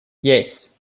yes